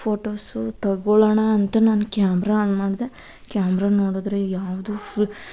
photos ತೊಗೊಳೋಣ ಅಂತ ನಾನು ಕ್ಯಾಮ್ರ ಆನ್ ಮಾಡಿದೆ ಕ್ಯಾಮ್ರ ನೋಡಿದ್ರೆ ಯಾವುದೂ ಫ್